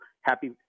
Happy